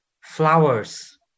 flowers